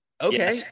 okay